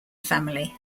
family